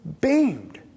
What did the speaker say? beamed